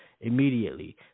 immediately